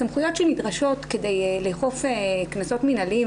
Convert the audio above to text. הסמכויות שנדרשות כדי לאכוף קנסות מינהליים,